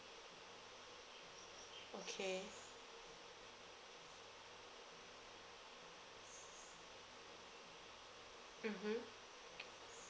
okay mmhmm